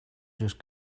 just